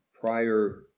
prior